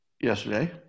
yesterday